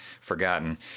forgotten